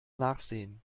nachsehen